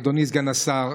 אדוני סגן השר,